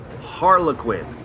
Harlequin